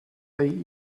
they